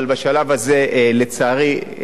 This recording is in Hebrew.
אבל בשלב הזה, לצערי,